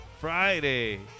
Friday